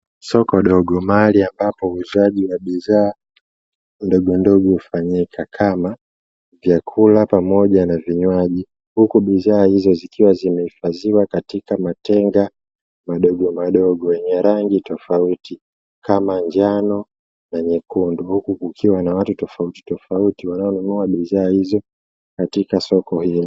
Soko dogo mahali ambapo uuzaji wa bidhaa ndogo ndogo ufanyike kama, vyakula pamoja na vinywaji huku bidhaa hizo zikiwa zimehifadhiwa katika matenga madogo madogo yenye rangi tofauti kama, njano na nyekundu huku kukiwa na watu tofautitofauti wananunua bidhaa hizo katika soko hili.